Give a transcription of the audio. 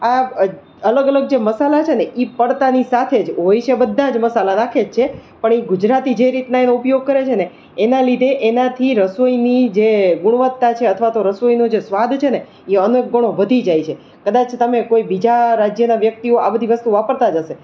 આ અલગ અલગ જે મસાલા છે ને એ પડતાની સાથે જ હોય છે બધા જ મસાલા રાખે જ છે પણ ગુજરાતી જે રીતના એનો ઉપયોગ કરે છે ને એના લીધે એનાથી રસોઈની જે ગુણવત્તા છે અથવા તો રસોઈનો જે સ્વાદ છે ને એ અનેક ઘણો વધી જાય છે કદાચ તમે કોઈ બીજા રાજ્યના વ્યક્તિઓ આ બધી વસ્તુઓ વાપરતા જ હશે